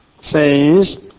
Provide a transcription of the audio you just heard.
says